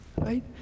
Right